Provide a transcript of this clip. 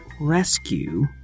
rescue